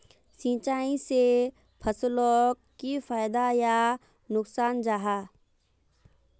सिंचाई से फसलोक की फायदा या नुकसान जाहा?